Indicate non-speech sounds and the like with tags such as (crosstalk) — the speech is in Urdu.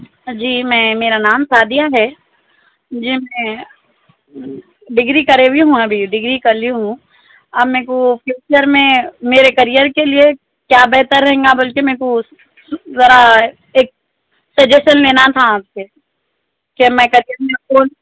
جی میں میرا نام سعدیہ ہے جی میں ڈگری کری ہوئی ہوں ابھی ڈگری کر لی ہوں اب میں کو فیوچر میں میرے کریئر کے لیے کیا بہتر رہے گا بول کے میں کو ذرا ایک سجیشن لینا تھا آپ سے کیا میں (unintelligible)